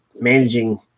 managing –